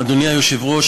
אדוני היושב-ראש,